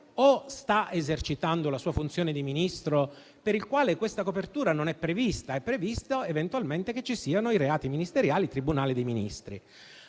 o sta esercitando la sua funzione di Ministro per il quale questa copertura non è prevista, ma è previsto eventualmente che ci siano i reati ministeriali e il tribunale dei Ministri?